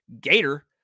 gator